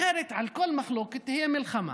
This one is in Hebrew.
אחרת על כל מחלוקת תהיה מלחמה.